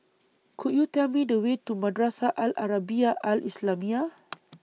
Could YOU Tell Me The Way to Madrasah Al Arabiah Al Islamiah